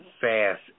fast